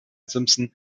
simpson